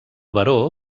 baró